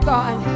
God